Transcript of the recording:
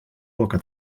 poca